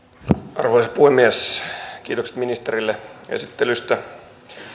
arvoisa puhemies kiitokset ministerille esittelystä